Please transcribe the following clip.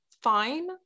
fine